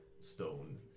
stone